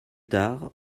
tard